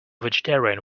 vegetarian